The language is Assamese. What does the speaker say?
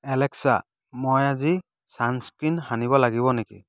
এলেক্সা মই আজি ছান স্ক্ৰীন সানিব লাগিব নেকি